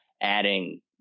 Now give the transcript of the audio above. adding